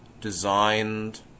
designed